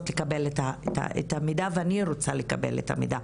לקבל עליהן מידע ואני רוצה לקבל את המידע.